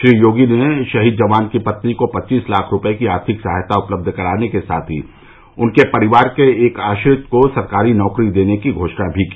श्री योगी ने शहीद जवान की पत्नी को पव्वीस लाख रुपए की आर्थिक सहायता उपलब्ध कराने के साथ ही उनके परिवार के एक आश्रित को सरकारी नौकरी देने की घोषणा भी की